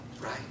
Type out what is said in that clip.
Right